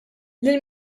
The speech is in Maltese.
lil